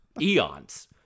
eons